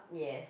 yes